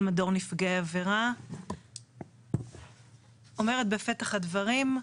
אני אומרת בפתח הדברים,